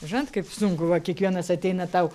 žinont kaip sunku va kiekvienas ateina tau